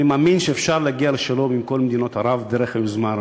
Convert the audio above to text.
אני מאמין שאפשר להגיע לשלום עם כל מדינות ערב דרך היוזמה הערבית.